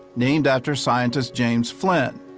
named after scientists james flynn.